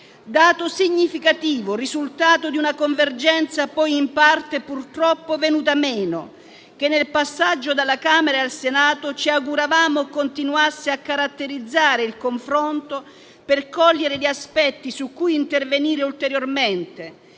dato significativo, risultato di una convergenza poi in parte purtroppo venuta meno e che, nel passaggio dalla Camera al Senato, ci auguravamo continuasse a caratterizzare il confronto per cogliere gli aspetti su cui intervenire ulteriormente,